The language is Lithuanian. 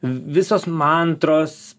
visos mantros